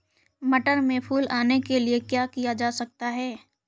मटर में फूल आने के लिए क्या किया जा सकता है?